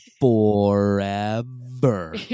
forever